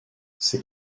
ces